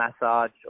massage